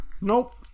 nope